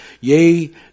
yea